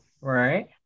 right